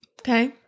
Okay